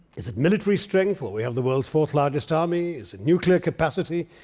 is it military strength? well, we have the world's fourth largest army. is it nuclear capacity?